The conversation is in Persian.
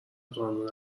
قانون